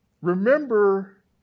remember